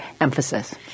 emphasis